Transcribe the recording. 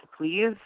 please